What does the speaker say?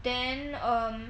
then um